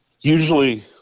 usually